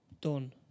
Done